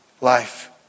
life